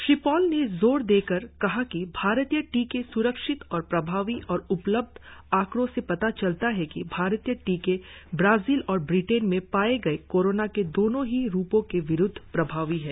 Shri Paul ने जोर देकर कहा कि भारतीय टीके स्रक्षित और प्रभावी और उपलब्ध आकंड़ो से पता चलता है कि भारतीय टीके ब्राजील और ब्रिटेन में पाए गए कोरोना के दोनो ही रुपो के विरुद्ध प्रभावी है